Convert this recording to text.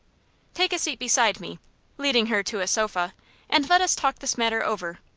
take a seat beside me leading her to a sofa and let us talk this matter over.